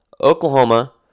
Oklahoma